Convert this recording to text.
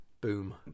Boom